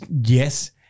yes